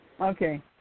Okay